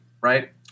right